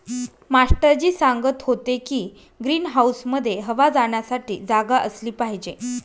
master ji सांगत होते की ग्रीन हाऊसमध्ये हवा जाण्यासाठी जागा असली पाहिजे